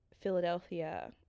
Philadelphia